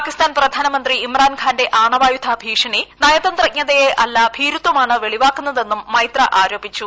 പാകിസ്ഥാൻ പ്രധാനമന്ത്രി ഇമ്രാൻഖാന്റെ ആണവായുധ ഭീഷണി നയതന്ത്രജ്ഞതയെ അല്ല ഭീരുത്വമാണ് വെളിവാക്കുന്നതെന്നും മൈത്ര ആരോപിച്ചു